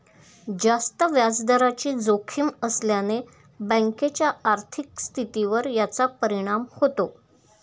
जास्त व्याजदराची जोखीम असल्याने बँकेच्या आर्थिक स्थितीवर याचा परिणाम होतो